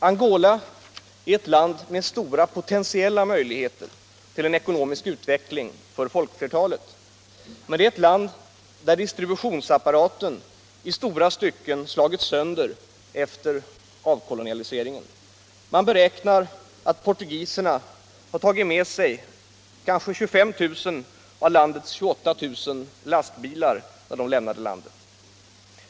Angola är ett land med stora potentiella möjligheter till en ekonomisk utveckling för folkflertalet, men det är också ett land där distributionsapparaten i stora stycken slagits sönder Internationellt utvecklingssamar efter avkolonialiseringen. Man beräknar att portugiserna tog med sig kanske 25 000 av landets 28 000 lastbilar när de lämnade landet.